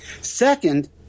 Second